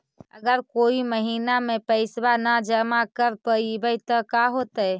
अगर कोई महिना मे पैसबा न जमा कर पईबै त का होतै?